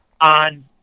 on